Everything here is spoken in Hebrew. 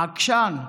עקשן.